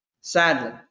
Sadly